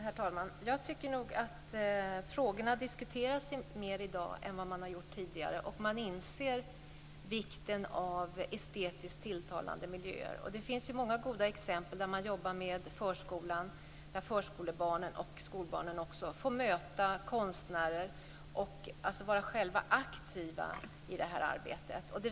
Herr talman! Jag tycker nog att frågorna i dag diskuteras mer än tidigare och att man inser vikten av estetiskt tilltalande miljöer. Det finns många goda exempel på att förskolebarn och även skolbarn får möta konstnärer och själva får vara aktiva i det här arbetet.